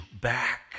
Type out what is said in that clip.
back